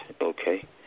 Okay